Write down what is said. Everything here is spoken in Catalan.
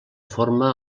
forma